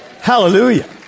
Hallelujah